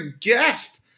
guest